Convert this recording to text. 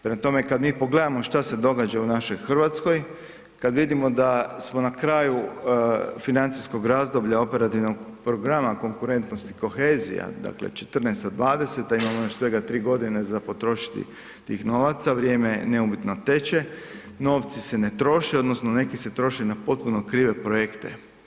Prema tome, kada mi pogledamo što se događa u našoj Hrvatskoj, kad vidimo da smo na kraju financijskog razdoblja Operativnog programa Konkurentnost i kohezija, dakle 2014.-2020.imamo još svega tri godine za potrošiti tih novaca, vrijeme neumitno teče, novci se ne troše odnosno neki se troše na potpuno krive projekte.